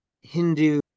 Hindu